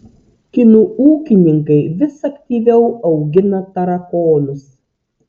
kinų ūkininkai vis aktyviau augina tarakonus